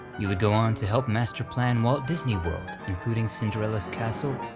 he would go on to help master plan walt disney world, including cinderella's castle,